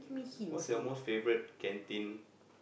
what's your most favourite canteen